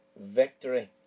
victory